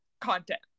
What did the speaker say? content